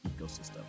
ecosystem